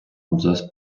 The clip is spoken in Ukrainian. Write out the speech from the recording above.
абзац